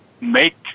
make